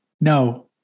No